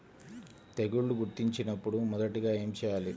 తెగుళ్లు గుర్తించినపుడు మొదటిగా ఏమి చేయాలి?